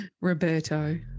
Roberto